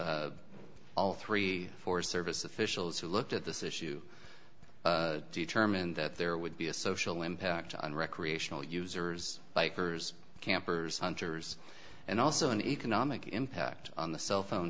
all three forest service officials who looked at this issue determined that there would be a social impact on recreational users bikers campers hunters and also an economic impact on the cellphone